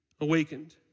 awakened